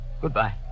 Goodbye